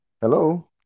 hello